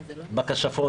רינה עיני, בבקשה.